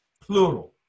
plural